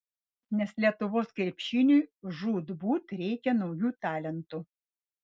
nes lietuvos krepšiniui žūtbūt reikia naujų talentų